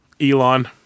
Elon